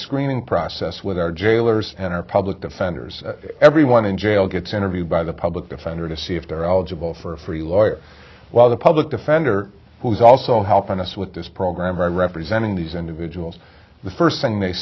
screening process with our jailers and our public defenders everyone in jail gets interviewed by the public defender to see if they're eligible for a free lawyer while the public defender who is also helping us with this program representing these individuals the first thing they